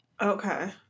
Okay